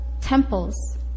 temples